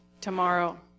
tomorrow